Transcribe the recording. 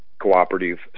Cooperative